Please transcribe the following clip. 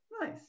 Nice